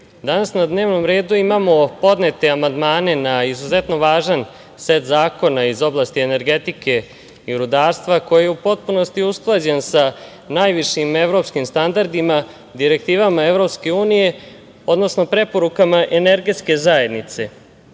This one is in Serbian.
danas na dnevnom redu imamo podnete amandmane na izuzetno važan set zakona iz oblasti energetike i rudarstva, koji je u potpunosti usklađen sa najvišim evropskim standardima, direktivama EU, odnosno preporukama Energetske zajednice. Nikola